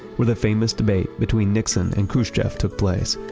where the famous debate between nixon and khrushchev took place.